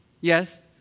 Yes